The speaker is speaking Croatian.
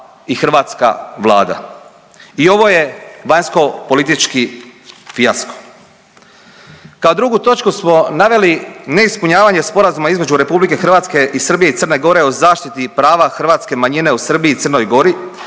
i hrvatska vlada i ovo je vanjskopolitički fijasko. Kao drugu točku smo naveli neispunjavanje Sporazuma između RH i Srbije i Crne Gore o zaštiti prava hrvatske manjine u Srbiji i Crnoj Gori